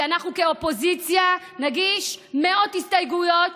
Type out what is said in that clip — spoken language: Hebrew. כי אנחנו כאופוזיציה נגיש מאות הסתייגויות,